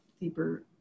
deeper